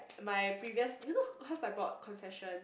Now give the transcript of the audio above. my previous you know cause I bought concession